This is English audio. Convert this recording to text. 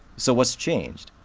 so what's changed?